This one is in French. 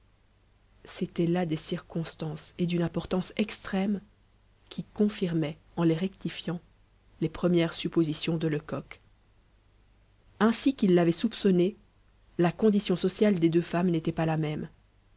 c'étaient là des circonstances et d'une importance extrême qui confirmaient en les rectifiant les premières suppositions de lecoq ainsi qu'il l'avait soupçonné la condition sociale des deux femmes n'était pas la même